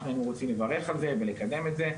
אנחנו רוצים לברך ולקדם את זה.